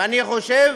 ואני חושב,